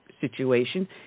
situation